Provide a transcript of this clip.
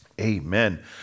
Amen